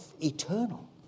eternal